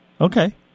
Okay